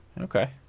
Okay